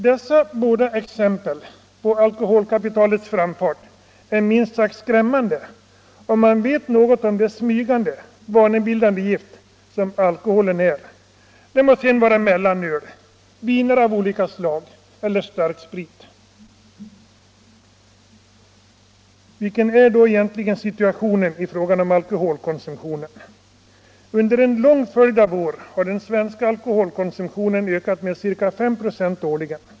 Dessa båda exempel på alkoholkonsumtionens framfart är minst sagt skrämmande, om man vet något om det smygande, vanebildande gift som alkoholen är — det må sedan vara mellanöl, viner av olika slag eller starksprit. Vilken är då egentligen situationen i fråga om alkoholkonsumtionen? Under en lång följd av år har den svenska alkoholkonsumtionen ökat med ca 5 96 årligen.